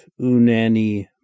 Unani